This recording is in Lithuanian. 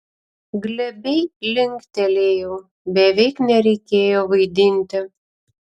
glebiai linktelėjau beveik nereikėjo vaidinti